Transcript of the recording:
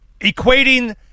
equating